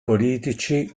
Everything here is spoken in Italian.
politici